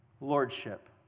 lordship